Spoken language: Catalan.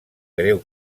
greu